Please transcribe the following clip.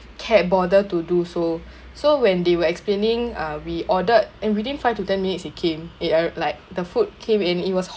care bother to do so so when they were explaining uh we ordered and within five to ten minutes they came it uh like the food came in it was